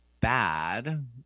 bad